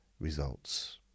results